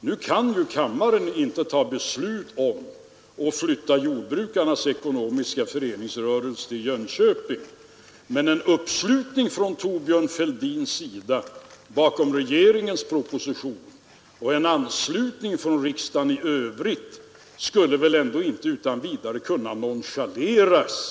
Riksdagen kan inte fatta beslut om att flytta jordbrukarnas ekonomiska föreningsrörelse till Jönköping, men en uppslutning från herr Fälldins sida bakom regeringens proposition och en anslutning från riksdagen i övrigt skulle väl inte utan vidare kunna nonchaleras.